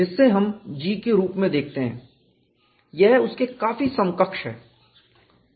जिससे हम G के रूप में देखते हैं यह उसके काफी समकक्ष है